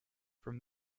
from